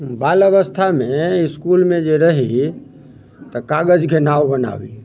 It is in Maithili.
बाल अवस्थामे इसकुलमे जे रही तऽ कागजके नाव बनाबी